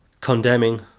condemning